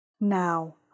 Now